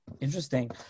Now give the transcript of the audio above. Interesting